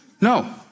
no